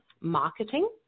marketing